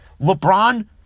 LeBron